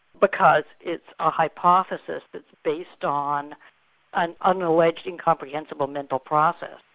because it's a hypothesis that's based on an unalleged, incomprehensible mental process.